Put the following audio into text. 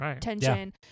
tension